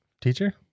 Teacher